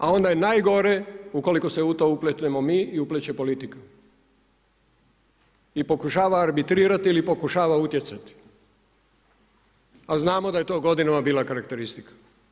A onda je najgore, ukoliko se u to upletemo mi i upleće politika i pokušava arbitrirat ili pokušava utjecat, a znamo da je to godinama bila karakteristika.